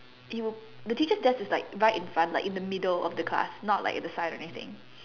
he would the teacher's desk is like right in front like in the middle of the class not like at the side or anything